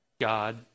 God